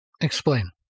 Explain